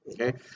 okay